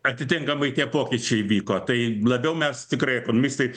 atitinkamai tie pokyčiai vyko tai labiau mes tikrai ekonomistai